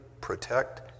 protect